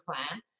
plan